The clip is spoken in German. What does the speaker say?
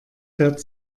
fährt